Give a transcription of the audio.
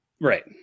right